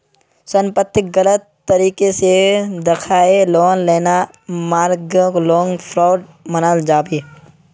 संपत्तिक गलत तरीके से दखाएँ लोन लेना मर्गागे लोन फ्रॉड मनाल जाबे